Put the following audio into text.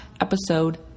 episode